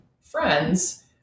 friends